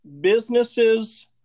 Businesses